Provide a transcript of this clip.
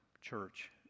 church